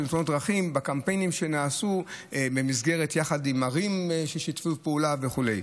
תאונות דרכים בקמפיינים שנעשו עם ערים ששיתפו פעולה וכו'.